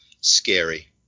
scary